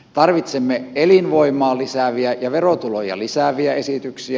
tarvitsemme elinvoimaa lisääviä ja verotuloja lisääviä esityksiä